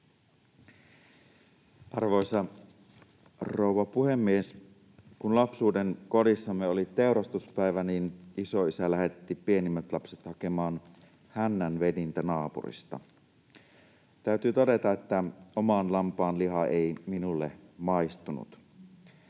Arvoisa rouva puhemies! Kun lapsuudenkodissamme oli teurastuspäivä, niin isoisä lähetti pienimmät lapset hakemaan hännänvedintä naapurista. Täytyy todeta, että oman lampaan liha ei minulle maistunut.